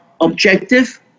objective